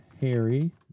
Harry